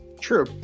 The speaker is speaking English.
True